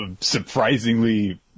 surprisingly